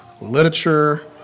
literature